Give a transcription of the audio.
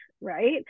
right